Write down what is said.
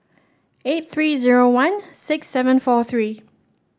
eight three zero one six seven four three